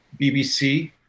BBC